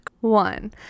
One